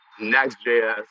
Next.js